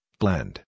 blend